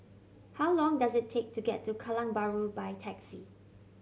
how long does it take to get to Kallang Bahru by taxi